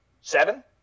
Seven